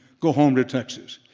go home to texas.